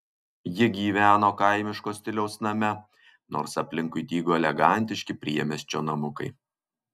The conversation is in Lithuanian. ji gyveno kaimiško stiliaus name nors aplinkui dygo elegantiški priemiesčio namukai